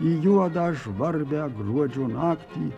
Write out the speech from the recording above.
į juodą žvarbią gruodžio naktį